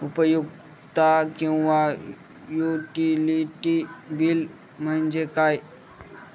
उपयुक्तता किंवा utility bill म्हणजे काय?